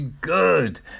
good